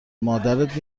مادرت